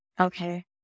Okay